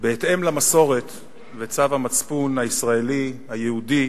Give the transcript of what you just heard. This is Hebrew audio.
בהתאם למסורת ולצו המצפון הישראלי, היהודי,